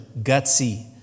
gutsy